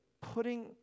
putting